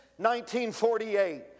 1948